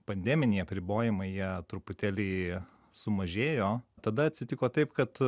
pandeminiai apribojimai jie truputėlį sumažėjo tada atsitiko taip kad